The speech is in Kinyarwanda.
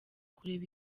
kureba